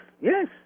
yes